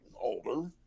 older